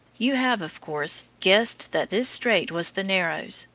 you have, of course, guessed that this strait was the narrows,